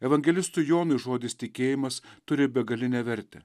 evangelistui jonui žodis tikėjimas turi begalinę vertę